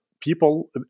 people